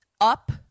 up